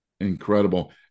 Incredible